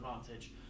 advantage